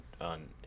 on